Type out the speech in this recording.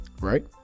right